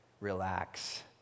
relax